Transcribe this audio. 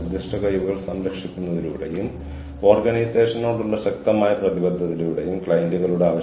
വ്യത്യസ്ത പശ്ചാത്തലങ്ങളിൽ നിന്നുള്ള ആളുകളെ എങ്ങനെ അഭിസംബോധന ചെയ്യണമെന്ന് എനിക്കറിയണം